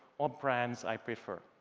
or brands i prefer.